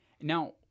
Now